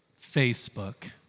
Facebook